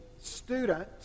student